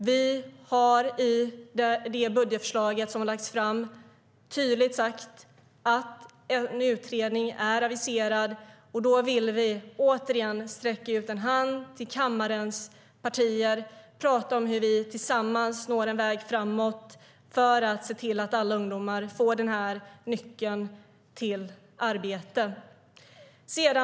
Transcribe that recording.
Vi har i det budgetförslag som har lagts fram tydligt sagt att en utredning är aviserad. Vi vill återigen sträcka ut en hand till kammarens partier och tala om hur vi tillsammans når en väg framåt för att se till att alla ungdomar får nyckeln till arbete.